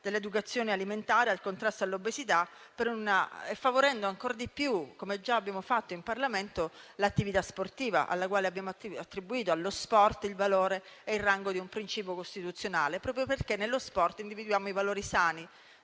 dell'educazione alimentare e del contrasto all'obesità, favorendo ancor di più, come già abbiamo fatto in Parlamento, l'attività sportiva. Allo sport abbiamo attribuito infatti il valore e il rango di principio costituzionale, proprio perché in esso individuiamo i valori sani